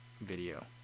video